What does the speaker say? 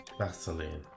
vaseline